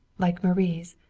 like marie's,